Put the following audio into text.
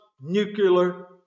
nuclear